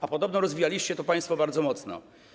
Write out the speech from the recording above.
A podobno rozwijaliście to państwo bardzo mocno.